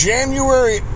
January